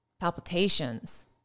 palpitations